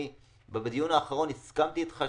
בדיון האחרון הסכמתי איתך,